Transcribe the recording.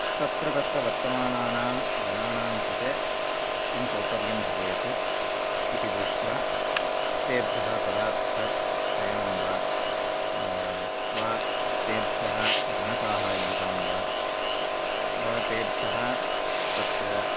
तत्र तत्र वर्तमानानां जनानां कृते किं सौखर्यं भवेत् इति दृष्ट्वा तेभ्यः पदार्थक्रयणं वा वा तेभ्यः धनसाहाय्यतां वा वा तेभ्यः तत्र